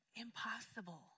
Impossible